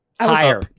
higher